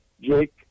Jake